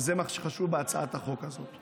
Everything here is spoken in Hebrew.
וזה מה שחשוב בהצעת החוק הזאת.